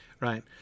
Right